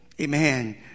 amen